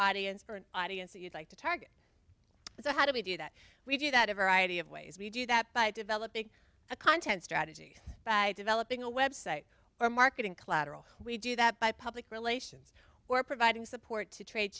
audience for an audience that you'd like to target so how do we do that we do that a variety of ways we do that by developing a content strategy by developing a website or marketing collateral we do that by public relations or providing support to trade